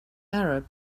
arab